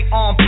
on